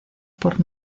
por